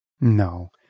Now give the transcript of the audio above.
No